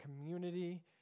community